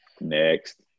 Next